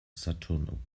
saturn